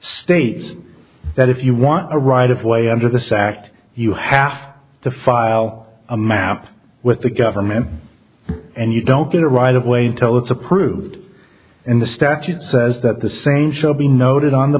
states that if you want a right of way under this act you have to file a map with the government and you don't get it right away until it's approved and the statute says that the same show be noted on the